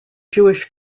jewish